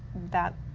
that,